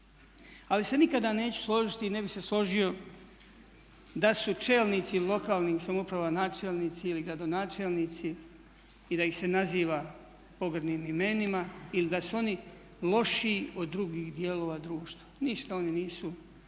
Ali se nikada neću složiti i ne bih se složio da su čelnici lokalnih samouprava, načelnici ili gradonačelnici i da ih se naziva pogrdnim imenima ili da su oni lošiji od drugih dijelova društva. Ništa oni nisu ni